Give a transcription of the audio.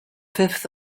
fifth